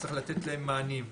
צריך לתת להם מענים.